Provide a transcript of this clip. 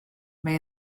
mae